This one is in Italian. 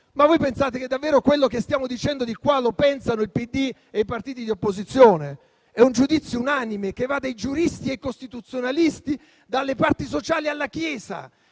Voi pensate che davvero quello che stiamo dicendo qui lo pensano il PD e i partiti di opposizione? È un giudizio unanime che va dai giuristi ai costituzionalisti, dalle parti sociali alla Chiesa.